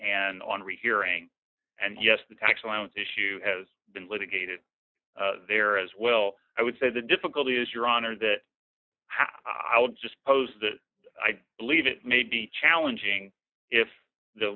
and on rehearing and yes the tax allowance issue has been litigated there as well i would say the difficulty is your honor that have i would just pose that i believe it may be challenging if the